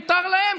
מותר להם,